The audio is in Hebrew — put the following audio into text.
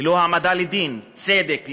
ללא העמדה לדין צדק,